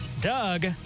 doug